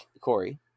Corey